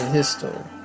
history